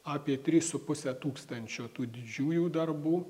apie trys su puse tūkstančio tų didžiųjų darbų